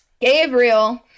Gabriel